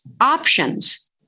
options